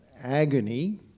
agony